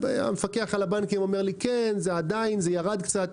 המפקח על הבנקים אומר לי: זה עדיין, זה ירד קצת.